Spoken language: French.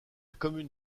commune